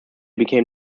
became